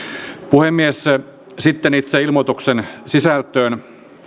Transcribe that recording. puhemies sitten itse ilmoituksen sisältöön